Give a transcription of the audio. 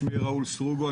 שמי ראול סרוגו,